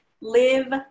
live